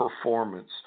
performance